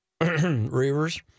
Reavers